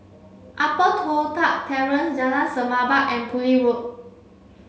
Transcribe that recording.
Upper Toh Tuck Terrace Jalan Semerbak and Poole Road